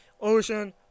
Ocean